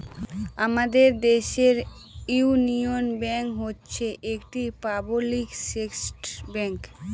আমাদের দেশের ইউনিয়ন ব্যাঙ্ক হচ্ছে একটি পাবলিক সেক্টর ব্যাঙ্ক